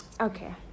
Okay